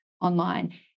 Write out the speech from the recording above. online